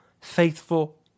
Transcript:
faithful